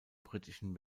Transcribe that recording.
britischen